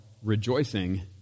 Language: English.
Rejoicing